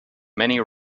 many